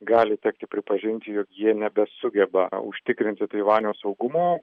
gali tekti pripažinti jog jie nebesugeba užtikrinti taivanio saugumo